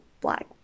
black